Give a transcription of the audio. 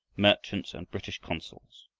merchants, and british consuls.